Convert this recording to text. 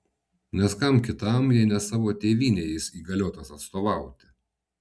nes kam kitam jei ne savo tėvynei jis įgaliotas atstovauti